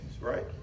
right